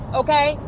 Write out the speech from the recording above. okay